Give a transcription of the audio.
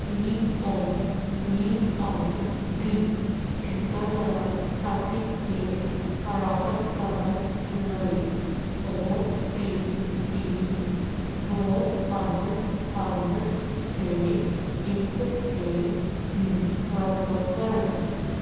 C O V I D ਟੀਕਾਕਰਨ certificate ਪ੍ਰਾਪਤ ਕਰਨ ਲਈ ਓ ਟੀ ਪੀ ਦੋ ਪੰਜ ਪੰਜ ਛੇ ਇੱਕ ਛੇ ਦੀ ਵਰਤੋਂ ਕਰੋ